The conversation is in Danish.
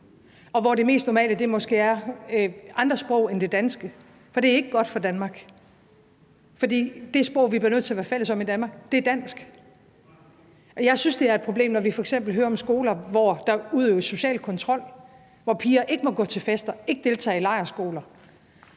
og hvor det mest normale måske er andre sprog end det danske, for det er ikke godt for Danmark, fordi det sprog, vi bliver nødt til at være fælles om i Danmark, er dansk. Jeg synes, det er et problem, når vi f.eks. hører om skoler, hvor der udøves social kontrol, hvor piger ikke må gå til fester, ikke må deltage i lejrskoler.